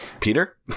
Peter